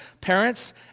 parents